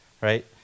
right